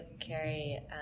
carry